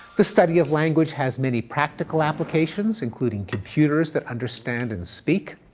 the study of language has many practical applications including computers that understand and speak,